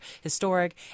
historic